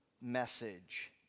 message